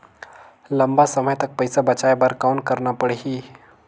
लंबा समय तक पइसा बचाये बर कौन करना पड़ही?